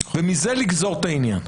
ומזה לגזור את העניין.